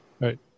right